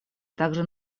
также